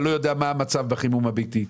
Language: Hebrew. אנחנו לא יודעים מה המצב בחימום הביתי,